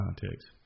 context